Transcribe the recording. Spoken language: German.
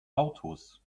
autos